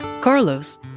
Carlos